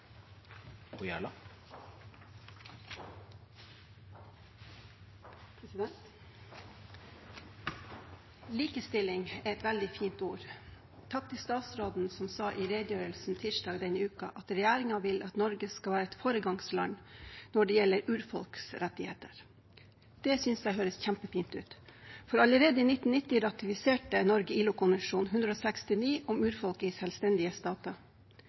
Likestilling er et veldig fint ord. Takk til statsråden som i redegjørelsen tirsdag denne uken sa at regjeringen vil at Norge skal være et foregangsland når det gjelder urfolks rettigheter. Det synes jeg høres kjempefint ut, for allerede i 1990 ratifiserte Norge ILO-konvensjon 169, om urfolk i selvstendige